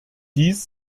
dies